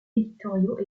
éditoriaux